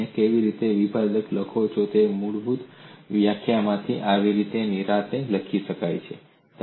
અને તમે કેવી રીતે વિભેદક લખો છો તેની મૂળભૂત વ્યાખ્યામાંથી આ નિરાંતે લખી શકાય છે